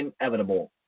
inevitable